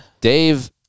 Dave